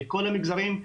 בכל המגזרים.